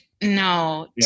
No